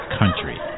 country